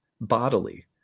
bodily